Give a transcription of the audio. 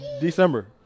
December